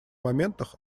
моментах